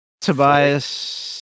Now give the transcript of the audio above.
Tobias